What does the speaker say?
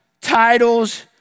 titles